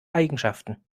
eigenschaften